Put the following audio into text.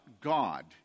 God